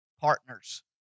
Partners